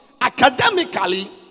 academically